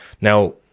Now